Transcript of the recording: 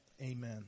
Amen